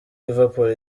liverpool